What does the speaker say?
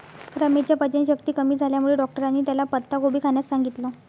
रमेशच्या पचनशक्ती कमी झाल्यामुळे डॉक्टरांनी त्याला पत्ताकोबी खाण्यास सांगितलं